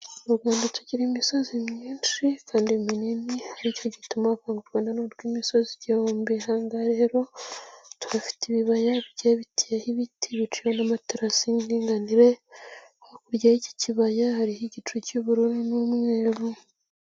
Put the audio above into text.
Mu Rwanda tugira imisozi myinshi kandi minini, ni cyo gituma bavuga ngo u Rwanda n'urw'imisozi igihumbi, aha ngaha rero tuhafite ibibaya bigiye biteyeho ibiti biciwe n'amatarasi y'indinganire, hakurya y'iki kibaya hariho igicu cy'ubururu n'umweru.